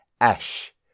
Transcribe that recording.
ash